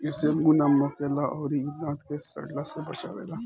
एसे मुंह ना महके ला अउरी इ दांत के सड़ला से बचावेला